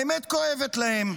האמת כואבת להם.